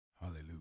Hallelujah